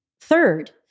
third